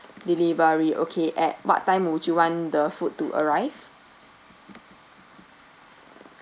delivery okay at what time would you want the food to arrive